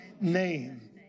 name